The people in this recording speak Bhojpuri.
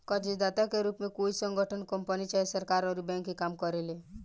कर्जदाता के रूप में कोई संगठन, कंपनी चाहे सरकार अउर बैंक के काम करेले